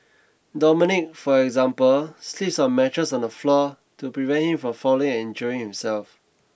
dominic for example sleeps on a mattress on the floor to prevent him from falling and injuring himself